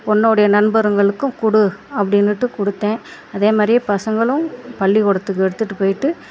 ஒன்றோடைய நண்பர்களுக்கும் கொடு அப்படினுட்டு கொடுத்தேன் அதே மாதிரியே பசங்களும் பள்ளி கூடத்துக்கு எடுத்துகிட்டு போயிவிட்டு